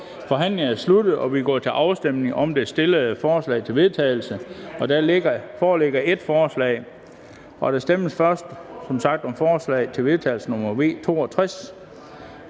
Forhandlingen er sluttet, og vi går til afstemning om de stillede forslag til vedtagelse. Der foreligger to forslag. Der stemmes først om forslag til vedtagelse nr.